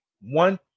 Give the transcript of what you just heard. one